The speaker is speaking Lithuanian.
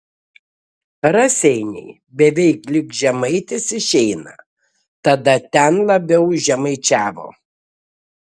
raseiniai beveik lyg žemaitis išeina tada ten labiau žemaičiavo